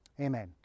Amen